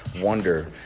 wonder